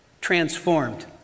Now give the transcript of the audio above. transformed